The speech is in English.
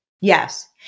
Yes